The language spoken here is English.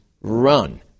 run